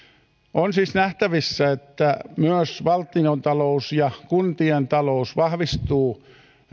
on siis nähtävissä että myös valtiontalous ja kuntien talous vahvistuvat